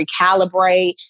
recalibrate